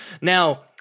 Now